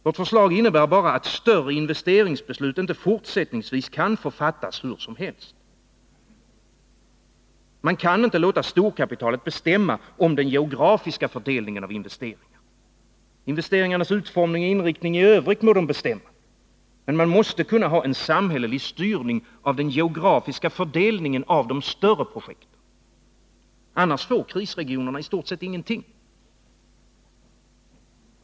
Vårt förslag innebär bara att större investeringsbeslut inte fortsättningsvis kan få fattas hur som helst. Man kan inte låta storkapitalet bestämma om den geografiska fördelningen av investeringar. Investeringarnas utformning och inriktning i övrigt må det bestämma, men man måste kunna ha en samhällelig styrning av den geografiska fördelningen av de större projekten. Annars får krisregionerna i stort sett ingenting.